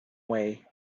way